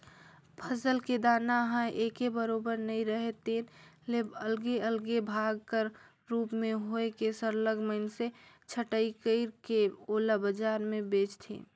फसल के दाना ह एके बरोबर नइ राहय तेन ले अलगे अलगे भाग कर रूप में होए के सरलग मइनसे छंटई कइर के ओला बजार में बेंचथें